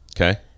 Okay